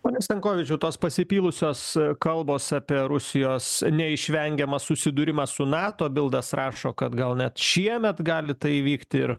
pone stankovičiau tos pasipylusios kalbos apie rusijos neišvengiamą susidūrimą su nato bildas rašo kad gal net šiemet gali tai įvykti ir